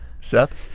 Seth